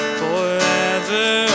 forever